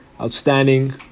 outstanding